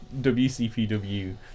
WCPW